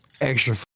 extra